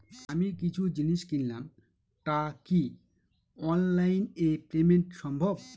আমি কিছু জিনিস কিনলাম টা কি অনলাইন এ পেমেন্ট সম্বভ?